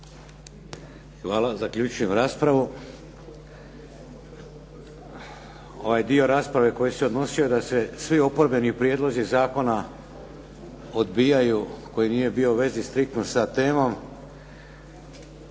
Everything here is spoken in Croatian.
Hvala zaključujem raspravu. Ovaj dio rasprave koji se odnosio da se svi oporbeni prijedlozi zakona odbijaju koji nije bio u vezi striktno sa temom